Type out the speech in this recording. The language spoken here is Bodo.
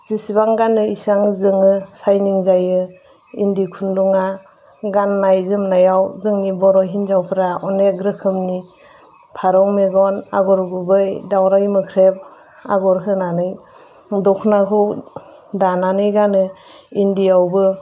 जेसेबां गानो इसेबां जोङो साइनिं जायो इन्दि खुन्दुंआ गाननाय जोमनायाव जोंनि बर' हिनजावफोरा अनेग रोखोमनि फारौ मेगन आगर गुबै दाउराइ मोख्रेब आगर होनानै दखनाखौ दानानै गानो इन्दिआवबो